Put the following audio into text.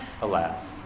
Alas